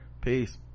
peace